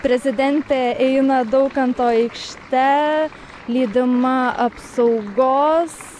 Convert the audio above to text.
prezidentė eina daukanto aikšte lydima apsaugos